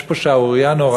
יש פה שערורייה נוראה,